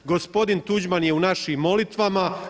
Gospodin Tuđman je u našim molitvama.